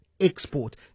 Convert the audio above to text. export